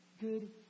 good